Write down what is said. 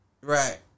Right